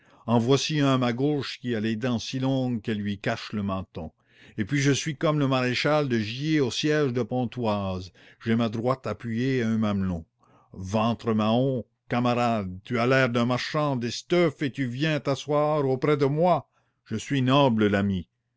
en voici un à ma gauche qui a les dents si longues qu'elles lui cachent le menton et puis je suis comme le maréchal de gié au siège de pontoise j'ai ma droite appuyée à un mamelon ventre mahom camarade tu as l'air d'un marchand d'esteufs et tu viens t'asseoir auprès de moi je suis noble l'ami